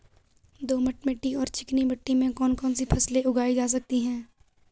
दोमट मिट्टी और चिकनी मिट्टी में कौन कौन सी फसलें उगाई जा सकती हैं?